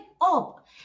up